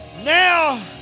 Now